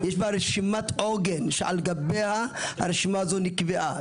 יש בה רשימת עוגן שעל גביה הרשימה הזו נקבעה,